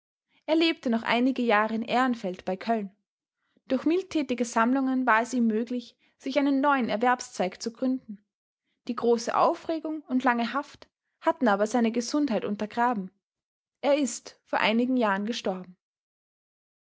er lebte noch einige jahre in ehrenfeld bei köln durch mildtätige sammlungen war es ihm möglich sich einen neuen erwerbszweig zu gründen die große aufregung und lange haft hatten aber seine gesundheit untergraben er ist vor einigen jahren gestorben